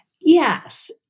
Yes